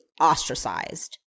ostracized